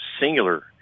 singular